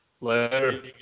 Later